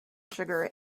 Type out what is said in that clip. sugar